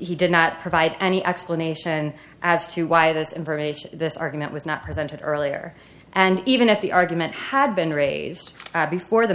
he did not provide any explanation as to why this information this argument was not presented earlier and even if the argument had been raised before the